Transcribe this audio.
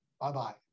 Bye-bye